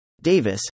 Davis